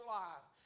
life